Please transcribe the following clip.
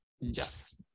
Yes